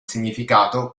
significato